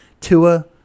Tua